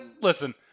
listen